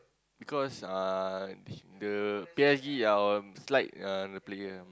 because uh the P_S_G um slide uh the player